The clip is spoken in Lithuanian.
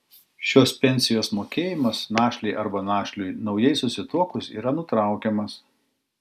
šios pensijos mokėjimas našlei arba našliui naujai susituokus yra nutraukiamas